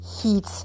heat